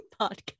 podcast